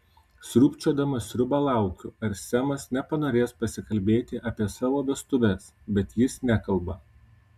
sriubčiodama sriubą laukiu ar semas nepanorės pasikalbėti apie savo vestuves bet jis nekalba